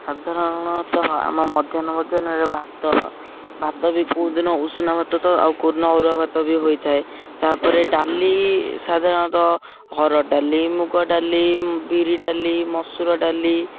ସାଧାରଣତଃ ଆମ ମଧ୍ୟାହ୍ନ ଭୋଜନରେ ଭାତ ଭାତ ବି କେଉଁଦିନ ଉଷୁନା ଭାତ ତ ଆଉ କେଉଁ ଦିନ ଅରୁଆ ଭାତ ବି ହୋଇଥାଏ ତା'ପରେ ଡାଲି ସାଧାରଣତଃ ହରଡ଼ ଡାଲି ମୁଗ ଡାଲି ବିରି ଡାଲି ମସୁର ଡାଲି